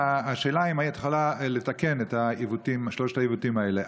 השאלה האם אם היית יכולה לתקן את שלושת העיוותים האלה: